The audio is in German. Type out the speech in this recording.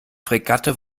fregatte